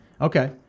Okay